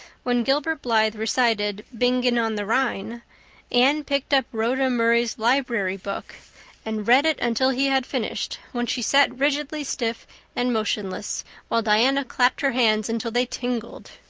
when gilbert blythe recited bingen on the rhine anne picked up rhoda murray's library book and read it until he had finished, when she sat rigidly stiff and motionless while diana clapped her hands until they tingled.